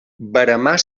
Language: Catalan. veremar